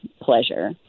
pleasure